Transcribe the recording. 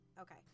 Okay